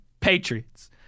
Patriots